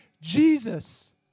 Jesus